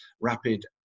rapid